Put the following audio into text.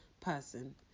person